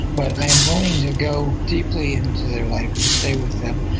but i'm willing to go deeply into their life and stay with them,